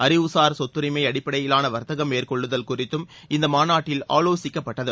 அறிவுசார் சொத்தரிமைஅடிப்படையிலானவர்த்தகம் மேற்கொள்ளுதல் குறித்தும் இந்தமாநாட்டில் ஆலோசிக்கப்பட்டது